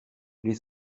les